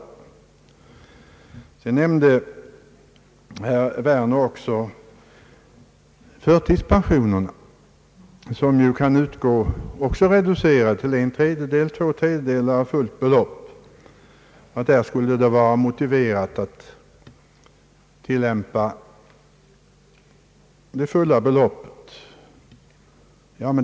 Vidare nämnde herr Werner också förtidspensionerna, som ju kan utgå reducerade till en tredjedel eller två tredjedelar av fullt belopp, och att det där skulle vara motiverat att ge fullt tillägg med 180 kronor.